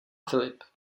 filip